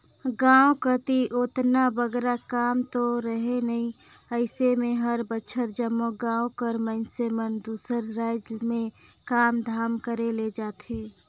गाँव कती ओतना बगरा काम दो रहें नई अइसे में हर बछर जम्मो गाँव कर मइनसे मन दूसर राएज में काम धाम करे ले जाथें